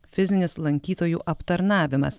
fizinis lankytojų aptarnavimas